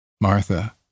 Martha